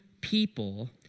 people